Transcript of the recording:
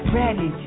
ready